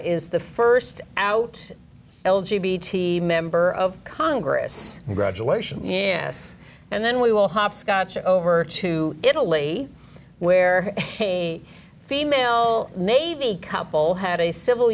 is the st out l g b t member of congress graduation yes and then we will hopscotch over to italy where a female navy couple had a civil